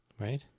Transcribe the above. Right